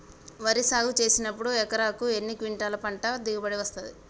వరి సాగు చేసినప్పుడు ఎకరాకు ఎన్ని క్వింటాలు పంట దిగుబడి వస్తది?